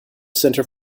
centre